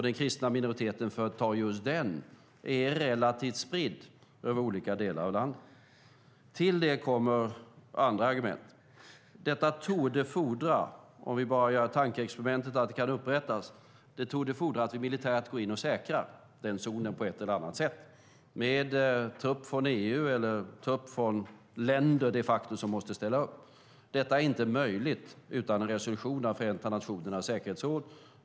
Den kristna minoriteten, för att ta just den, är relativt spridd över olika delar av landet. Till det kommer andra argument. Detta torde fordra, om vi gör tankexperimentet att det kan upprättas, att vi militärt går in och säkrar zonen på ett eller annat sätt med trupp från EU eller från de länder som de facto måste ställa upp. Detta är inte möjligt utan en resolution av Förenta nationernas säkerhetsråd.